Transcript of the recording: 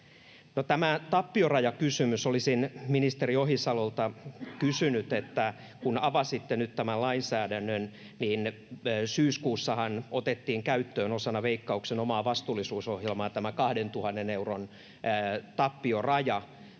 tämä tappiorajakysymys: Olisin ministeri Ohisalolle todennut, että kun avasitte nyt tämän lainsäädännön, niin syyskuussahan otettiin käyttöön osana Veikkauksen omaa vastuullisuusohjelmaa tämä kahden tuhannen euron tappioraja,